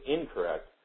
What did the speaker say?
incorrect